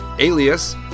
Alias